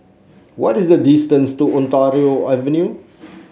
what is the distance to Ontario Avenue